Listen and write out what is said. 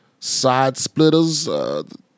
SideSplitters